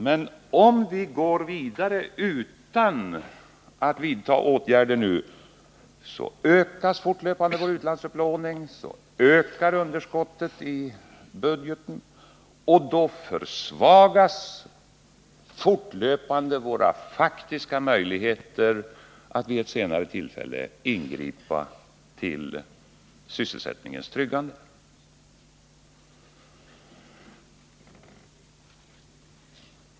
Men om vi går vidare utan att vidta åtgärder nu, då ökas fortlöpande vår utlandsupplåning, då ökar underskottet i statsbudgeten och då försvagas fortlöpande våra faktiska möjligheter att vid ett senare tillfälle ingripa till sysselsättningens tryggande.